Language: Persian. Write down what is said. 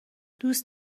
دوست